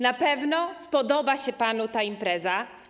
Na pewno spodoba się panu ta impreza.